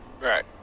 Right